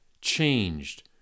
changed